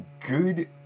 good